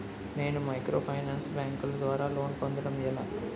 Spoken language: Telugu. నేను మైక్రోఫైనాన్స్ బ్యాంకుల ద్వారా లోన్ పొందడం ఎలా?